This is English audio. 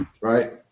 Right